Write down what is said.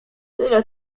tyle